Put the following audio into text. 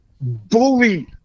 bully